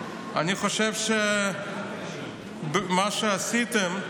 אני חושב שמה שעשיתם,